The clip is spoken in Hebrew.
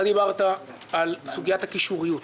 אתה דיברת על סוגיית הקישוריות,